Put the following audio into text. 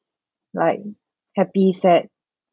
like happy said